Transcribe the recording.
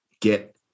get